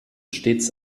stets